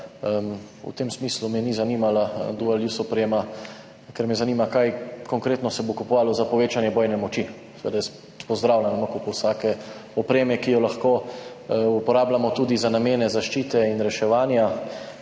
v tem smislu me ni zanimala dual-use oprema, ker me zanima, kaj konkretno se bo kupovalo za povečanje bojne moči. Seveda jaz pozdravljam nakup vsake opreme, ki jo lahko uporabljamo tudi za namene zaščite in reševanja,